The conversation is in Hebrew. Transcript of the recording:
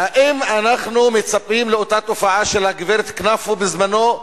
האם אנחנו מצפים לאותה תופעה של הגברת קנפו בזמנו,